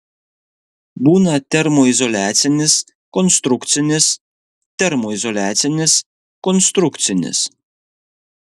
būna termoizoliacinis konstrukcinis termoizoliacinis konstrukcinis